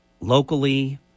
locally